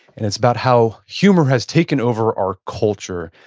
and it's about how humor has taken over our culture.